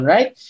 Right